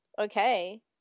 okay